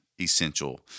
essential